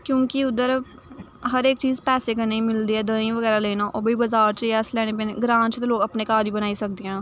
क्योंकि उद्धर हर इक चीज पैसे कन्नै गै मिलदी ऐ दोआइयां बगैरा लैना ओ ओह् बी बजार चा असें लैनी पैंदियां ग्रां च ते लोग अपने घर बी बनाई सकदे ऐं